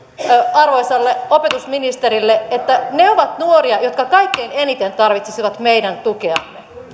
arvoisalle opetusministerille että he ovat nuoria jotka kaikkein eniten tarvitsisivat meidän tukeamme